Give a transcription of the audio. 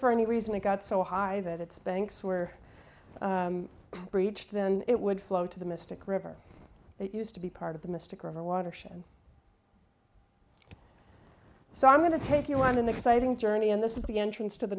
for any reason it got so high that its banks were breached then it would flow to the mystic river that used to be part of the mystic river watershed so i'm going to take you on an exciting journey and this is the entrance to the